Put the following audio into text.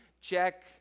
check